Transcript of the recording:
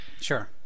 Sure